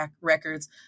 records